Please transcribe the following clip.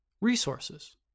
resources